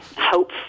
hope